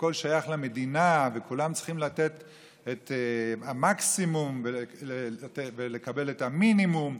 שהכול שייך למדינה וכולם צריכים לתת את המקסימום ולקבל את המינימום,